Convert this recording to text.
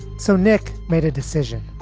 so nick made a decision